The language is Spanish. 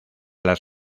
las